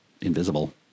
invisible